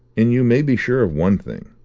and you may be sure of one thing.